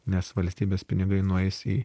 nes valstybės pinigai nueis į